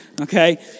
Okay